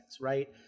right